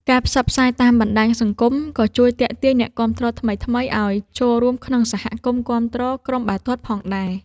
ការផ្សព្វផ្សាយតាមបណ្តាញសង្គមក៏ជួយទាក់ទាញអ្នកគាំទ្រថ្មីៗឲ្យចូលរួមក្នុងសហគមន៍គាំទ្រក្រុមបាល់ទាត់ផងដែរ។